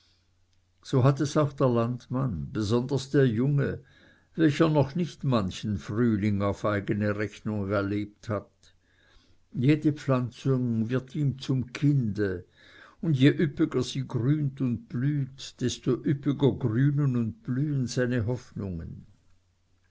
so hat es auch der landmann besonders der junge welcher noch nicht manchen frühling auf eigene rechnung erlebt hat jede pflanzung wird ihm zum kinde und je üppiger sie grünt und blüht desto üppiger grünen und blühen seine hoffnungen